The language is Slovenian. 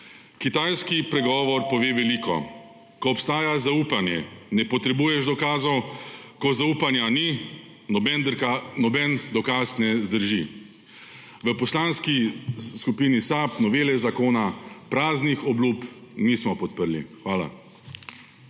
Kitajski pregovor pove veliko: ko obstaja zaupanje, ne potrebuješ dokazov, ko zaupanja ni, noben dokaz ne zdrži. V Poslanski skupini SAB novele zakona praznih obljub nismo podprli. Hvala.